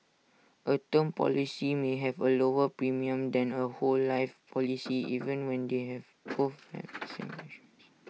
A term policy may have A lower premium than A whole life policy even when they both